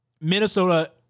Minnesota